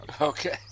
Okay